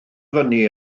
fyny